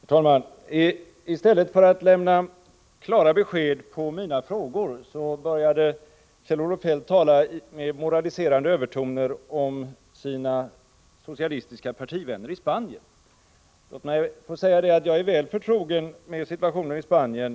Herr talman! I stället för att lämna klara besked på mina frågor började Kjell-Olof Feldt tala med moraliserande övertoner om sina socialistiska partivänner i Spanien. Låt mig få säga att jag är väl förtrogen med situationen i Spanien.